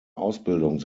ausbildung